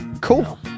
Cool